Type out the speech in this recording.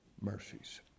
Mercies